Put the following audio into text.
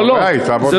אולי היא תעבוד בעתיד.